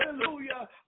Hallelujah